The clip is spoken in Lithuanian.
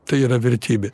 tai yra vertybė